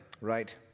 right